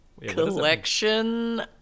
Collection